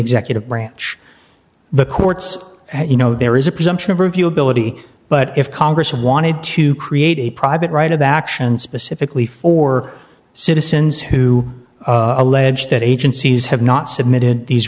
executive branch the courts and you know there is a presumption of review ability but if congress wanted to create a private right about action specifically for citizens who allege that agencies have not submitted these